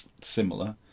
similar